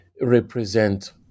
represent